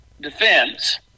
defense